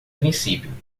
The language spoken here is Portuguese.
princípio